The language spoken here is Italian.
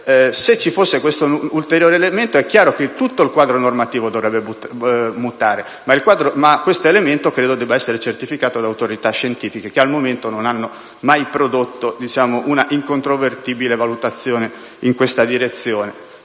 Se ci fosse questo ulteriore elemento è chiaro che l'intero quadro normativo dovrebbe mutare, ma questo elemento credo debba essere certificato da autorità scientifiche, che al momento mai hanno prodotto una incontrovertibile valutazione in questa direzione.